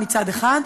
מצד אחד,